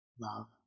love